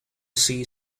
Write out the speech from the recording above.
see